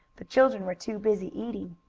the children were too busy eating.